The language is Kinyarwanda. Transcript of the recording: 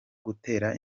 gutera